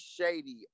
Shady